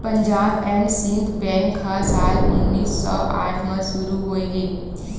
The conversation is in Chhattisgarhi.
पंजाब एंड सिंध बेंक ह साल उन्नीस सौ आठ म शुरू होए हे